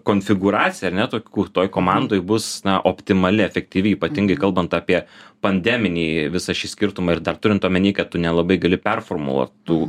konfigūracija ar ne tokių toj komandoj bus optimali efektyvi ypatingai kalbant apie pandeminį visą šį skirtumą ir dar turint omeny kad tu nelabai gali performuluot tų